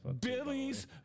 Billy's